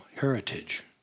heritage